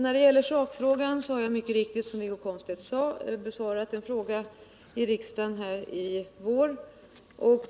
När det gäller sakfrågan är det riktigt, som Wiggo Komstedt sade, att jag har besvarat en fråga om snöröjningen i Trelleborgsområdet här i riksdagen i vår.